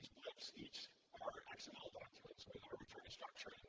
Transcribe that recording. blips each are xml documents with arbitrary structure